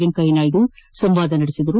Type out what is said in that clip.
ವೆಂಕಯ್ಯ ನಾಯ್ಡು ಸಂವಾದ ನಡೆಸಿದರು